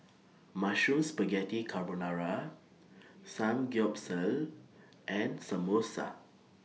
Mushroom Spaghetti Carbonara Samgyeopsal and Samosa